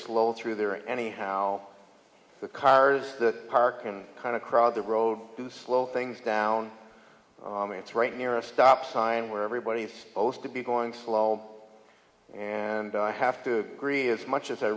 slow through there anyhow the cars the park and kind of crowd the road to slow things down it's right near a stop sign where everybody's focused to be going slow and i have to agree as much as i